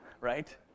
right